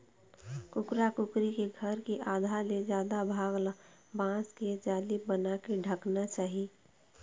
कुकरा कुकरी के घर के आधा ले जादा भाग ल बांस के जाली बनाके ढंकना चाही